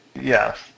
Yes